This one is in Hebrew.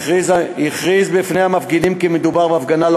הוא הכריז בפני המפגינים כי מדובר בהפגנה לא